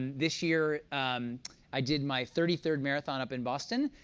this year i did my thirty third marathon up in boston,